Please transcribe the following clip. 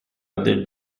other